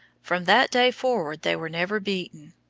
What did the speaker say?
from that day forward they were never beaten.